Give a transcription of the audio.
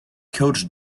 coach